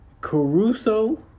Caruso